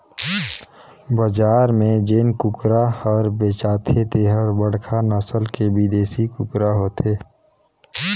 बजार में जेन कुकरा हर बेचाथे तेहर बड़खा नसल के बिदेसी कुकरा होथे